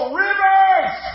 rivers